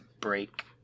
break